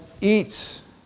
eats